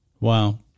Wow